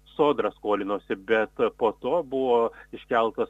sodra skolinosi bet po to buvo iškeltas